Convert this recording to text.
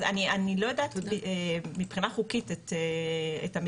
אני לא יודעת מבחינה חוקית את המגבלות,